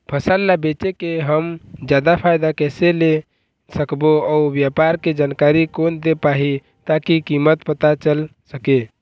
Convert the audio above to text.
फसल ला बेचे के हम जादा फायदा कैसे ले सकबो अउ व्यापार के जानकारी कोन दे पाही ताकि कीमत पता चल सके?